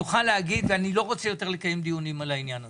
אני לא רוצה יותר לקיים דיונים על העניין הזה.